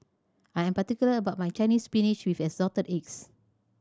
I'm particular about my Chinese Spinach with Assorted Eggs